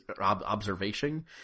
Observation